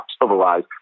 Otherwise